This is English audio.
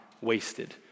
wasted